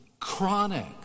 chronic